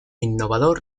innovador